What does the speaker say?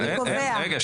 אנחנו מעלים דרישה.